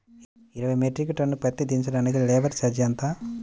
ఇరవై metric tonne పత్తి దించటానికి లేబర్ ఛార్జీ ఎంత?